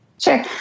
Sure